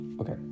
okay